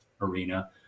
arena